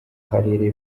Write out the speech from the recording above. karere